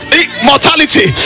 immortality